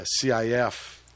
CIF